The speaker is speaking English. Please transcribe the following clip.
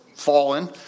fallen